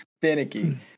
finicky